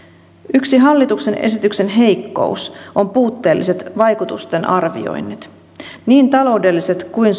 yksi hallituksen esityksen heikkous on puutteelliset vaikutusten arvioinnit niin taloudelliset kuin